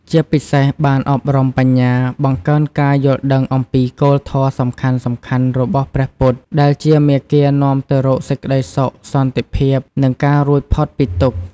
ជាពិសេសបាន អប់រំបញ្ញា បង្កើនការយល់ដឹងអំពីគោលធម៌សំខាន់ៗរបស់ព្រះពុទ្ធ ដែលជាមាគ៌ានាំទៅរកសេចក្ដីសុខ សន្តិភាព និងការរួចផុតពីទុក្ខ។